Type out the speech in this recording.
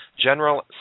General